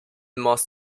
must